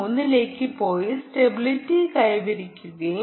3 ലേക്ക് പോയി സ്റ്റെബിലിറ്റി കൈവരിക്കും